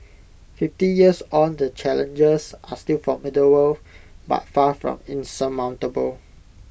fifty years on the challenges are still formidable but far from insurmountable